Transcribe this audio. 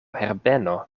herbeno